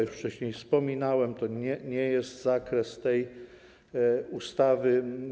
Już wcześniej wspominałem, że to nie jest zakres tej ustawy.